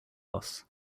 loss